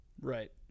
Right